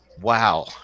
wow